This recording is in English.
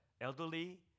Elderly